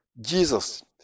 Jesus